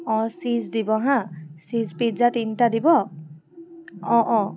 অ' cheese দিব হা' cheese pizza তিনিটা দিব অ' অ'